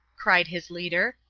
cried his leader.